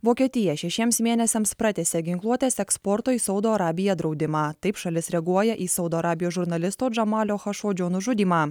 vokietija šešiems mėnesiams pratęsė ginkluotės eksporto į saudo arabiją draudimą taip šalis reaguoja į saudo arabijos žurnalisto džamalio chašodžio nužudymą